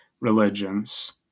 religions